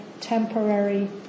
temporary